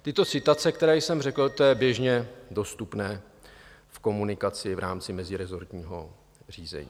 Tyto citace, které jsem řekl, to je běžně dostupné v komunikaci v rámci meziresortního řízení.